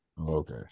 Okay